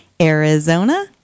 Arizona